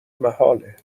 محاله